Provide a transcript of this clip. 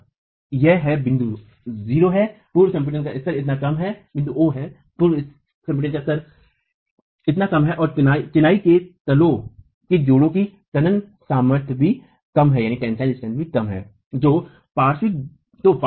और यह ये बिंदु o है पूर्व संपीड़न का स्तर इतना कम है और चिनाई में तलों के जोड़ों की तनन सामर्थ्य भी कम है